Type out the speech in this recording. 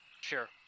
sure